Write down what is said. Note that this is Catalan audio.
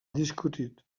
discutit